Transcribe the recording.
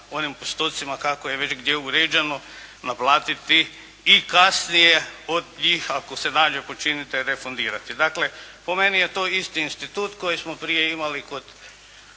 onim postocima kako je već gdje uređeno, naplatiti i kasnije od njih ako se nađe počinitelj refundirati. Dakle po meni je to isti institut koji smo prije imali kod